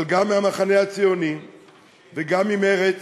אבל גם מהמחנה הציוני וגם ממרצ